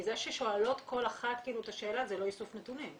זה ששואלים כל אחת את השאלה זה לא איסוף נתונים.